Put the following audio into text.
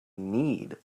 need